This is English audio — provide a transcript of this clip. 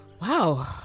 Wow